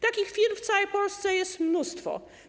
Takich firm w całej Polsce jest mnóstwo.